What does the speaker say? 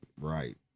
Right